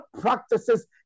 practices